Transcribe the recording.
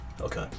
Okay